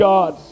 God